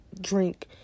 drink